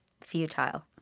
futile